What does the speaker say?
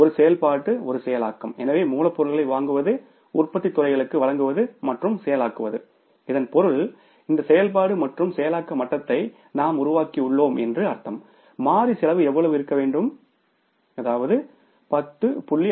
ஒரு செயல்பாடு ஒரு செயலாக்கம் எனவே மூலப்பொருளை வாங்குவது உற்பத்தித் துறைகளுக்கு வழங்குவது மற்றும் செயலாக்குவது இதன் பொருள்இந்த செயல்பாடு மற்றும் செயலாக்க மட்டத்தை நாம் உருவாக்கியுள்ளோம் என்று அர்த்தம் மாறி செலவு எவ்வளவு இருக்க வேண்டும் அதாவது 10